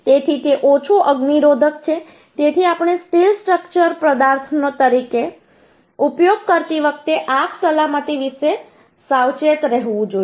તેથી તે ઓછું અગ્નિરોધક છે તેથી આપણે સ્ટીલનો સ્ટ્રક્ચર પદાર્થ તરીકે ઉપયોગ કરતી વખતે આગ સલામતી વિશે સાવચેત રહેવું જોઈએ